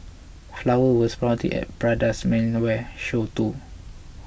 flowers were sprouting at Prada's menswear show too